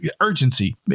urgency